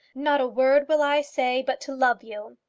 not a word will i say, but to love you.